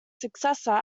successor